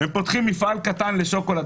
והם פותחים מפעל קטן לשוקולד,